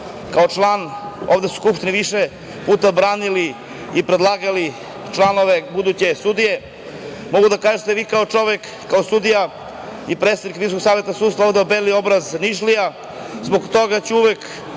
kao član, ovde ste u Skupštini više puta branili predlagali buduće sudije, mogu da kažem da ste vi kao čovek, kao sudija i predsednik Visokog saveta sudstva ovde obelili obraz Nišlija. Zbog toga ću uvek